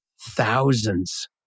thousands